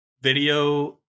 video